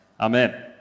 Amen